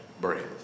breath